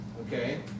Okay